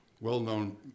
well-known